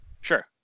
Sure